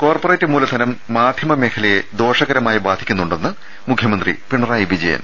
corporate മൂലധനം മാധ്യമമേഖലയെ ദോഷകരമായി ബാധിക്കുന്നു ണ്ടെന്ന് മുഖ്യമന്ത്രി പിണറായി വിജയൻ